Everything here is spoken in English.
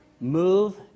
move